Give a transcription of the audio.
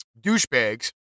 douchebags